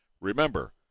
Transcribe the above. Remember